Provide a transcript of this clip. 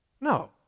no